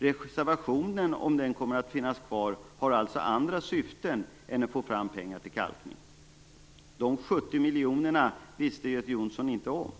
Reservationen har alltså andra syften än att få fram pengar till kalkning. De 70 miljonerna visste Göte Jonsson inte om.